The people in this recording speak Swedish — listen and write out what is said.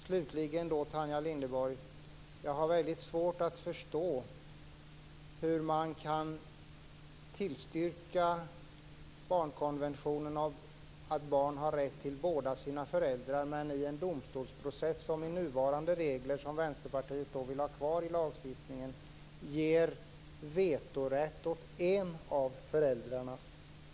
Slutligen, Tanja Linderborg: Jag har väldigt svårt att förstå hur ni kan tillstyrka barnkonventionen och barnets rätt till båda sina föräldrar när man i en domstolsprocess med nuvarande regler, som Vänsterpartiet vill ha kvar, ger vetorätt åt en av föräldrarna.